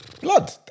blood